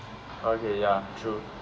okay ya true